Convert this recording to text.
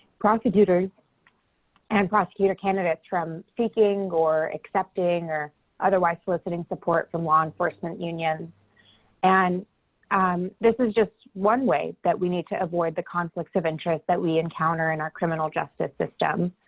prosecutors and prosecutor candidates from speaking or accepting or otherwise soliciting support from law enforcement union and um this is just one way that we need to avoid the conflict of interest that we encounter in our criminal justice system.